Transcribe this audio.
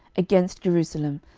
against jerusalem,